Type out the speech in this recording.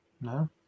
No